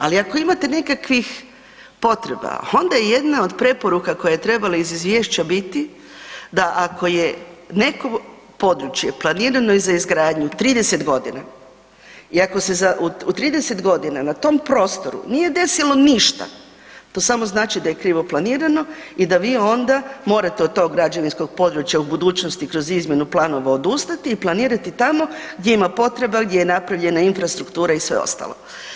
Ali ako imate nekakvih potreba onda je onda od preporuka koje je trebala iz izvješća biti da ako je neko područje planirano je za izgradnju 30 godina i ako se u 30 godina na tom prostoru nije desilo ništa to samo znači da je krivo planirano i da vi onda morate od tog građevinskog područja u budućnosti kroz izmjenu planova odustati i planirati tamo gdje ima potreba, gdje je napravljena infrastruktura i sve ostalo.